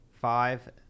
Five